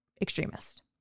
extremist